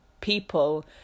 people